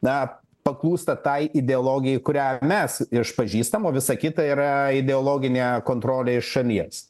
na paklūstat tai ideologijai kurią mes išpažįstam o visa kita yra ideologinė kontrolė iš šalies